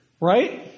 Right